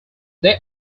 they